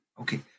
okay